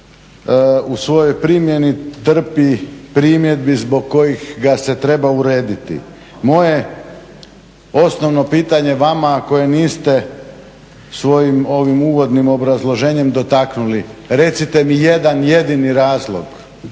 u svojoj primjeni trpi primjedbe zbog kojih ga se treba urediti. Moje osnovno pitanje vama a koje niste svojim ovim uvodnim obrazloženjem dotaknuli, recite mi jedan jedini razlog